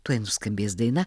tuoj nuskambės daina